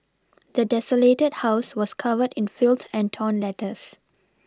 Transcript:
the desolated house was covered in filth and torn letters